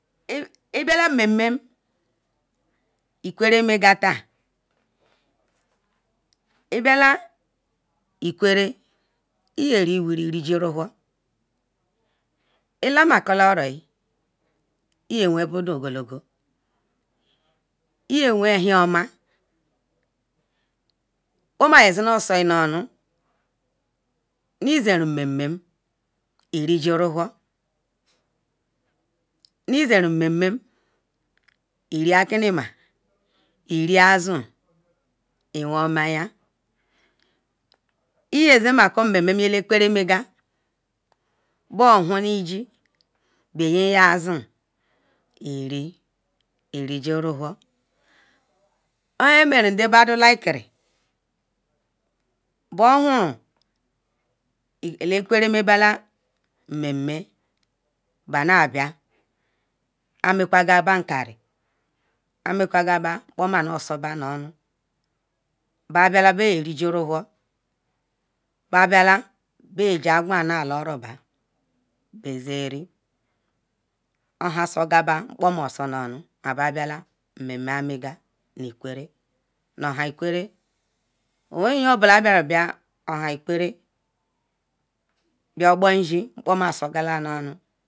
Ibiala mmeme ikwerre magal tan ibia ikwerr iya riwiri rigal rowohor itala oroyi iya wen ahin oma kpoma ya zino so uru nu izenrun mmeme irigel rowor izen memem iri akinima iri azun i woman yan iye zen mmemen ikwerre megal megal boyor whoni iji beyin azun iri irigal rowhor ohan merun ela badun like bo uon ual ele ikwerre megal nhan bana bia amekwa gal nkari nkpoma nu sobanuonu ba biala be ya rige rowhor babiel beyegi aquanba na la ro bezenri ohan sogal nu babia nu ikwerre ma babiala nu han ela ikwerre megal mmem en nu ohan ikwerri ye nu yo bola biaru oboishi nu eli ikwerre